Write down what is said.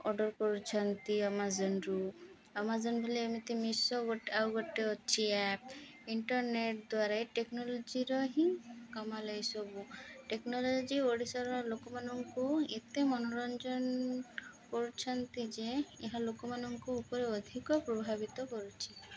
order କରୁଛନ୍ତି ଆମାଜନରୁ Amazon ବୋଲି ଏମିତି ମିଶୋ ଗୋଟେ ଆଉ ଗୋଟେ ଅଛି ଆପ୍ ଇଣ୍ଟରନେଟ୍ ଦ୍ୱାରା ଟେକ୍ନୋଲୋଜିର ହିଁ କାମଲ ଏସବୁ ଟେକ୍ନୋଲୋଜି ଓଡ଼ିଶାର ଲୋକମାନଙ୍କୁ ଏତେ ମନୋରଞ୍ଜନ କରୁଛନ୍ତି ଯେ ଏହା ଲୋକମାନଙ୍କୁ ଉପରେ ଅଧିକ ପ୍ରଭାବିତ କରୁଛି